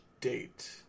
date